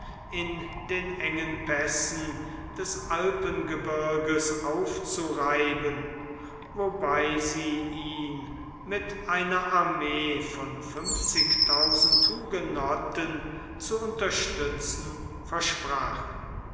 in den engen pässen des alpengebirges aufzureiben wobei sie ihn mit einer armee von fünfzigtausend hugenotten zu unterstützen versprachen